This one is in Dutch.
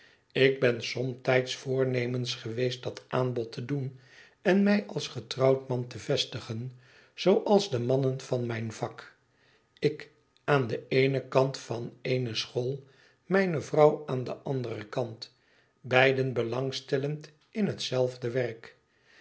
ik ben somtijds voornemens geweest dat aanbod te doen en mij als getrouwd man te vestigen zooals de mannen van mijn vak ik aan den eenen kant van eene school mijne vrouw aan den anderen kant beiden belangstellend in hetzelfde werk